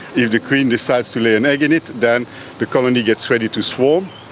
if the queen decides to lay an egg in it, then the colony gets ready to swarm.